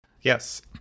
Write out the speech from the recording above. Yes